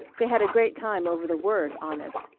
they had a great time over the word honest,